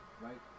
right